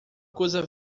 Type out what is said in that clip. coisa